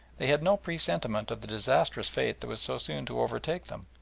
they had no presentiment of the disastrous fate that was so soon to overtake them,